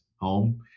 home